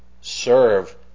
serve